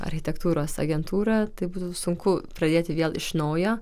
architektūros agentūrą tai būtų sunku pradėti vėl iš naujo